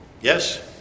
yes